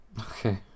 Okay